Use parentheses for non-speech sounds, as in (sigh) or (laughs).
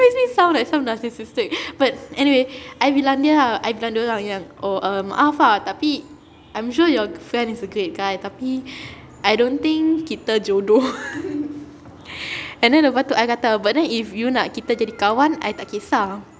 makes me sound like some narcissistic but anyway I bilang dia ah I bilang dorang yang oh err maaf ah tapi I'm sure your friend is a great guy tapi I don't think kita jodoh (laughs) and then lepas tu I kata but then if you nak kita jadi kawan I tak kisah